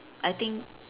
I think